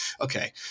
Okay